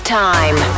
time